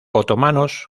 otomanos